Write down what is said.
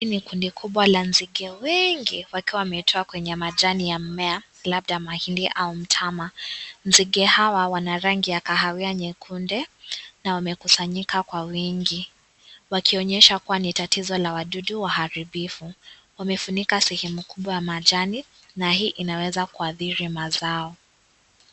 Hii ni kundi kubwa la nzige wengi wakiwa wametua kwenye majani ya mmea labda mahindi au mtama, nzige hawa wana rangi ya kahawia nyekundu na wamekusanyika kwa uwingi wakionyesha kuwa ni tatizo la wadudu waharibifu, wamefunikwa sehemu kubwa ya majani na hii inaweza kuadhiri mazao.